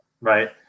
right